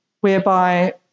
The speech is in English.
whereby